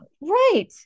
Right